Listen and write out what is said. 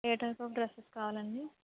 A type of dresses కావాలండి